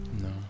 No